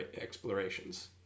explorations